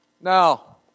Now